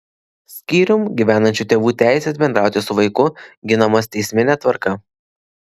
skyrium gyvenančių tėvų teisės bendrauti su vaiku ginamos teismine tvarka